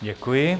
Děkuji.